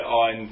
on